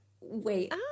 wait